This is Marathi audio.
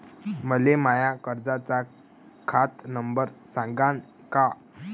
मले माया कर्जाचा खात नंबर सांगान का?